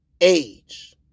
age